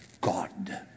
God